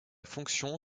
fonction